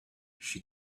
she